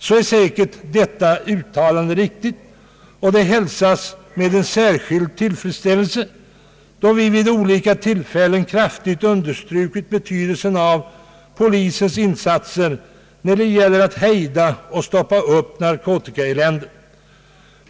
Detta uttalande är alldeles riktigt och hälsas med särskild tillfredsställelse eftersom vi vid olika tillfällen kraftigt understrukit betydelsen av polisens insatser när det gäller att hejda narkotikaeländet.